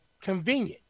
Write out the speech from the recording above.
convenient